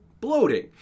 bloating